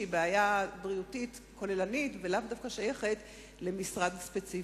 שהיא בעיה בריאותית כוללנית ולאו דווקא שייכת למשרד ספציפי,